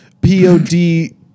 P-O-D